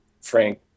Frank